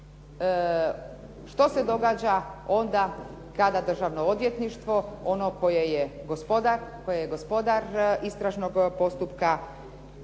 što se događa onda kada državno odvjetništvo ono koje je gospodar istražnog postupka